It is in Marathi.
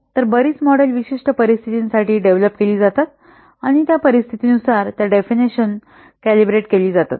तर बरीच मॉडेल्स विशिष्ट परिस्थितींसाठी डेव्हलप केली जातात आणि त्या परिस्थितीनुसार त्या डेफिनेशन कॅलिब्रेट केली जातात